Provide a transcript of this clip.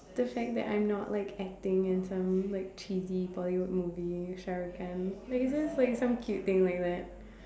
to say that I'm not like acting in some like cheesy Bollywood movie Shah-Rukh-Khan like it's just like some cute thing like that